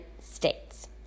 states